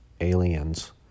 aliens